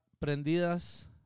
prendidas